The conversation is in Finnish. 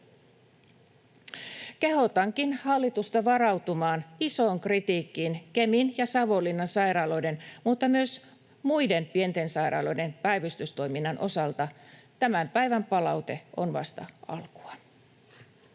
Kehotankin hallitusta varautumaan isoon kritiikkiin Kemin ja Savonlinnan sairaaloiden mutta myös muiden pienten sairaaloiden päivystystoiminnan osalta. Tämän päivän palaute on vasta alkua.